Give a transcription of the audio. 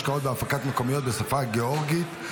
השקעה בהפקות מקומיות בשפה הגאורגית),